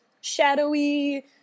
shadowy